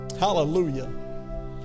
Hallelujah